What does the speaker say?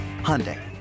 Hyundai